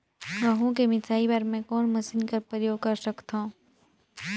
गहूं के मिसाई बर मै कोन मशीन कर प्रयोग कर सकधव?